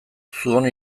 zuon